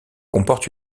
comporte